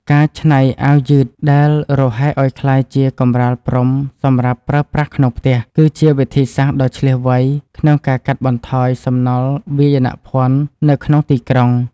ការច្នៃអាវយឺតដែលរហែកឱ្យក្លាយជាកម្រាលព្រំសម្រាប់ប្រើប្រាស់ក្នុងផ្ទះ គឺជាវិធីសាស្ត្រដ៏ឈ្លាសវៃក្នុងការកាត់បន្ថយសំណល់វាយនភណ្ឌនៅក្នុងទីក្រុង។